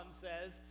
says